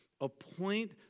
Appoint